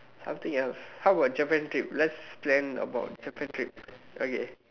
something else how about Japan trip let's plan about Japan trip okay